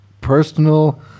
personal